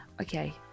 Okay